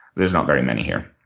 there's not very many here.